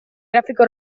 grafico